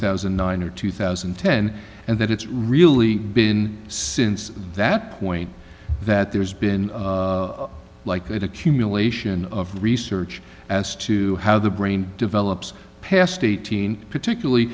thousand and nine or two thousand and ten and that it's really been since that point that there's been like that accumulation of research as to how the brain develops past eighteen particularly